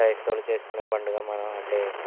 క్రైస్తవులు చేసుకునే పండుగ మనం అంటే